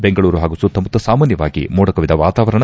ಬೆಂಗಳೂರು ಹಾಗೂ ಸುತ್ತಮುತ್ತ ಸಾಮಾನ್ಗವಾಗಿ ಮೋಡಕವಿದ ವಾತಾವರಣ